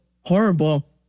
horrible